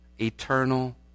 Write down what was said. eternal